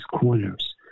corners